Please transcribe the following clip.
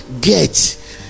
get